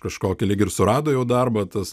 kažkokį lyg ir surado jau darbą tas